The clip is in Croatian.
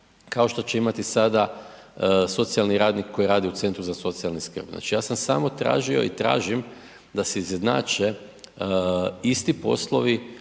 kao što će imati sada socijalni radnik koji radi u SZSS-u. Znači ja sam samo tražio i tražim da se izjednače isti poslovi